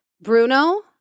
Bruno